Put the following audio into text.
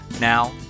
Now